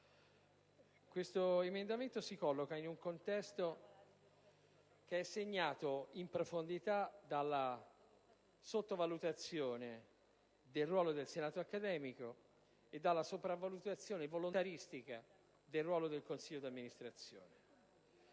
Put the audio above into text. questo emendamento si colloca in un contesto che è segnato in profondità dalla sottovalutazione del ruolo del senato accademico e dalla sopravvalutazione volontaristica del ruolo del consiglio d'amministrazione.